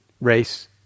Race